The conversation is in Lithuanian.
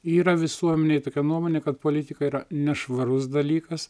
yra visuomenėj tokia nuomonė kad politika yra nešvarus dalykas